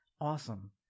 awesome